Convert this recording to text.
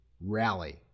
rally